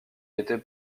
était